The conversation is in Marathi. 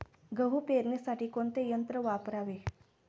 गहू पेरणीसाठी कोणते यंत्र वापरावे?